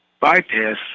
Bypass